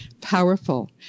powerful